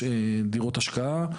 שתי דירות השקעה,